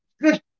Good